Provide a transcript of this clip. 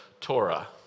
Torah